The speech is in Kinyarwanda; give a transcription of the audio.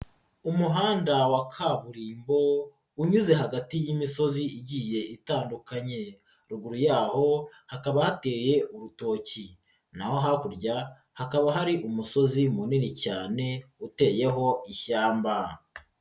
Umuhanda wa kaburimbo unyuze hagati y'imisozi igiye itandukanye, ruguru yaho hakaba hateye urutoki naho hakurya hakaba hari umusozi munini cyane uteyeho ishyamba.